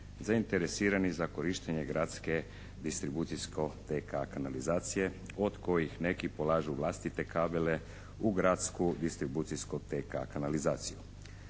zainteresirani za korištenje gradske distribucijsko TK kanalizacije od kojih neki polažu vlastite kabele u gradsku distribucijsko-TK kanalizaciju.